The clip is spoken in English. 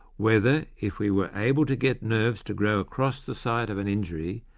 whether, if we were able to get nerves to grow across the site of an injury,